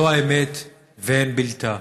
זאת האמת ואין בלתה.